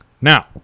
Now